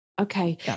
Okay